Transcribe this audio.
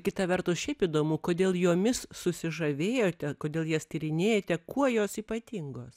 kita vertus šiaip įdomu kodėl jomis susižavėjote kodėl jas tyrinėjate kuo jos ypatingos